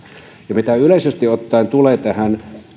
mitä yleisesti ottaen tulee